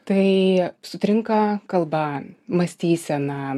tai sutrinka kalba mąstysena